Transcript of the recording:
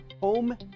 home